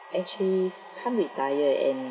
actually can't retire and